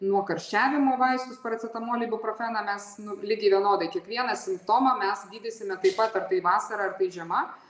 nuo karščiavimo vaistus paracetamolį ibuprofeną mes nu lygiai vienodai kiekvieną simptomą mes gydysime taip pat ar tai vasara ar tai žiema